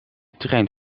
trein